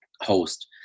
host